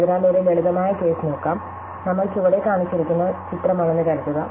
അതിനാൽ ഒരു ലളിതമായ കേസ് നോക്കാം നമ്മൾ ചുവടെ കാണിച്ചിരിക്കുന്ന ചിത്രമാണെന്ന് കരുതുക